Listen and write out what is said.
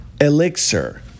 Elixir